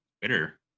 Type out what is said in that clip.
Twitter